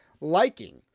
liking